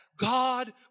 God